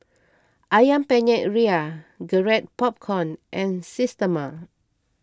Ayam Penyet Ria Garrett Popcorn and Systema